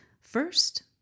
First